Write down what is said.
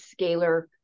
scalar